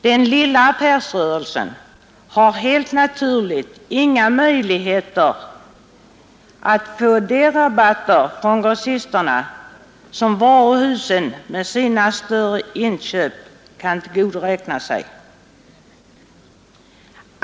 Den lilla affärsrörelsen har helt naturligt inga möjligheter att få de rabatter från grossisterna som varuhusen genom sina större inköp kan tillgodoräkna sig.